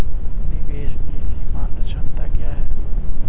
निवेश की सीमांत क्षमता क्या है?